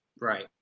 Right